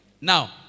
Now